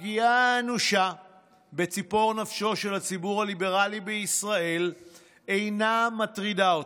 הפגיעה האנושה בציפור נפשו של הציבור הליברלי בישראל אינה מטרידה אותם.